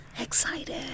Excited